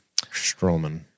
Stroman